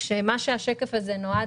השקף הזה נועד